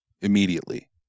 immediately